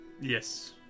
Yes